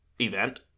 event